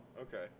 Okay